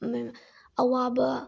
ꯑꯋꯥꯕ